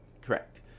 correct